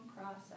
process